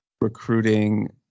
recruiting